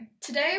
Today